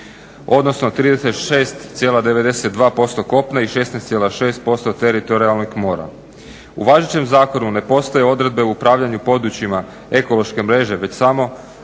odnosno 36,92% kopna i 16,6% teritorijalnog mora. U važećem zakonu ne postoje odredbe o upravljanju područjima ekološke mreže već samo